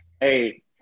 Hey